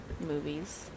movies